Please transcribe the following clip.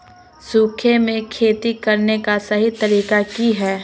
सूखे में खेती करने का सही तरीका की हैय?